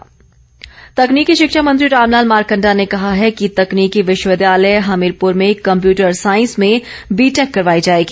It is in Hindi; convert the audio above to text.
मारकंडा तकनीकी शिक्षा मंत्री रामलाल मारकंडा ने कहा है कि तकनीकी विश्वविद्यालय हमीरपुर में कम्पयूटर सांईस में बीटेक करवाई जाएगी